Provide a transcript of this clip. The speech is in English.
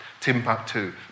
Timbuktu